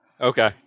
Okay